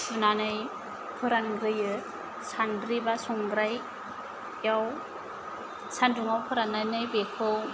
सुनानै फोरानग्रोयो सान्द्रि बा संग्रायाव सानदुंआव फोराननानै बेखौ